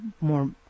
more